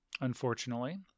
unfortunately